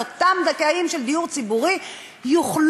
אבל אותם זכאים של דיור ציבורי יוכלו